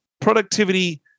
productivity